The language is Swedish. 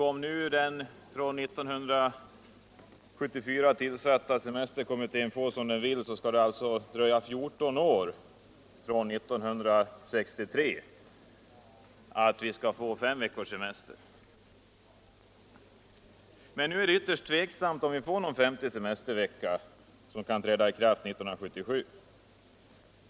Om den 1974 tillsatta semesterkommittén nu får som den vill, kommer det att dröja 14 år från 1963, innan vi får fem veckors semester. Det är emellertid ytterst tveksamt om vi får någon femte semestervecka redan 1977.